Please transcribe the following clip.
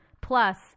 Plus